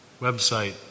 website